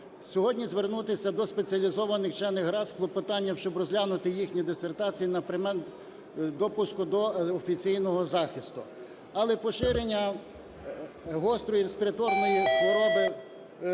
сьогодні звернутися до спеціалізованих вчених рад з клопотанням, щоб розглянути їхні дисертації на предмет допуску до офіційного захисту. Але поширення гострої респіраторної хвороби